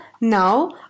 now